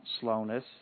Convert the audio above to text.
slowness